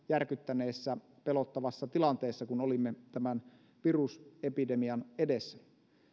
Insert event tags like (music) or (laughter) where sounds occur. (unintelligible) järkyttäneessä pelottavassa tilanteessa kun olimme tämän virusepidemian edessä